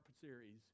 series